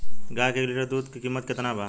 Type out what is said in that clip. गाय के एक लीटर दूध कीमत केतना बा?